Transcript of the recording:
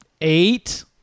eight